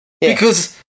because-